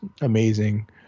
amazing